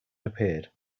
appeared